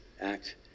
act